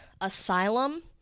asylum